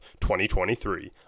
2023